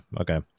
okay